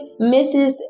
Mrs